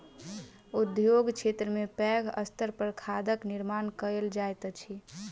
उद्योग क्षेत्र में पैघ स्तर पर खादक निर्माण कयल जाइत अछि